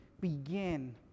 begin